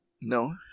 No